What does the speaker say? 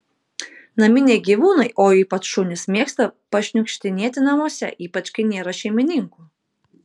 naminiai gyvūnai o ypač šunys mėgsta pašniukštinėti namuose ypač kai nėra šeimininkų